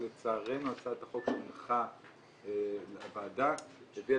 לצערנו הצעת החוק שהונחה בוועדה הביאה